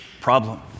Problem